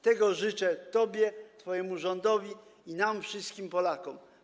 Tego życzę tobie, twojemu rządowi i nam wszystkim, Polakom.